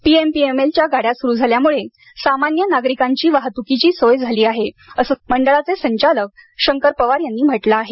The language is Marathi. पीएमपीएमएलच्या गाड्या सुरू झाल्यामुळे सामान्य नागरिकांची वाहतुकीची सोय झाली आहे असं मंडळाचे संचालक शंकर पवार यांनी म्हटलं आहे